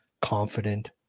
confident